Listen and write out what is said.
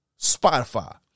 Spotify